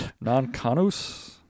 Non-canus